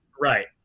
Right